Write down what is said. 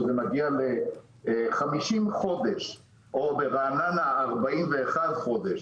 שזה מגיע ל-50 חודשים או ברעננה 41 חודשים.